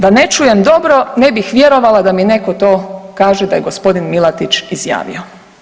Da ne čujem dobro ne bih vjerovala da mi netko to kaže da je g. Milatić izjavio.